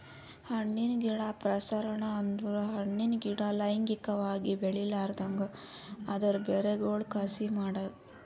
ಹಣ್ಣಿನ ಗಿಡ ಪ್ರಸರಣ ಅಂದುರ್ ಹಣ್ಣಿನ ಗಿಡ ಲೈಂಗಿಕವಾಗಿ ಬೆಳಿಲಾರ್ದಂಗ್ ಅದರ್ ಬೇರಗೊಳ್ ಕಸಿ ಮಾಡದ್